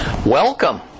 Welcome